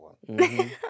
one